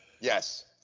Yes